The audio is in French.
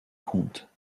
comptes